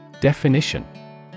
Definition